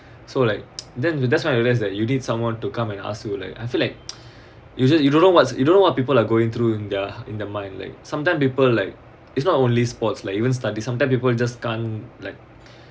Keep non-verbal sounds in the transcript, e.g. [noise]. so like [noise] then that's why I realised that you need someone to come and ask you like I feel like [noise] you just you don't know what's you don't know what people are going through in their in their mind like sometime people like it's not only sports like even studies sometime people just can't like [breath]